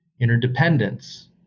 interdependence